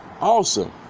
awesome